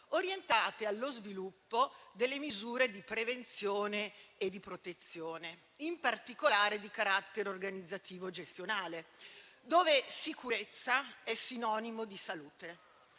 orientate allo sviluppo delle misure di prevenzione e di protezione, in particolare di carattere organizzativo-gestionale, dove sicurezza è sinonimo di salute,